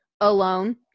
alone